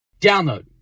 Download